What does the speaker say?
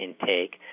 intake